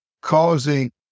causing